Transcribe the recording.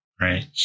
Right